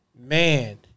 man